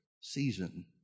season